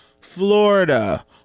Florida